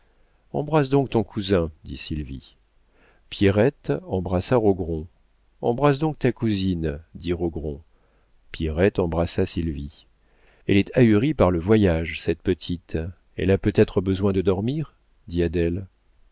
embrasse donc ton cousin dit sylvie pierrette embrassa rogron embrasse donc ta cousine dit rogron pierrette embrassa sylvie elle est ahurie par le voyage cette petite elle a peut-être besoin de dormir dit